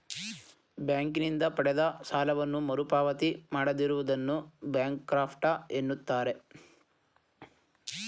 ಬ್ಯಾಂಕಿನಿಂದ ಪಡೆದ ಸಾಲವನ್ನು ಮರುಪಾವತಿ ಮಾಡದಿರುವುದನ್ನು ಬ್ಯಾಂಕ್ರಫ್ಟ ಎನ್ನುತ್ತಾರೆ